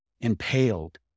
impaled